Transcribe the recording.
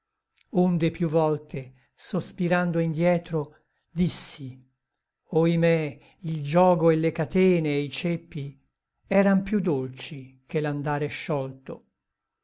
onde piú volte sospirando indietro dissi ohimè il giogo et le catene e i ceppi eran piú dolci che l'andare sciolto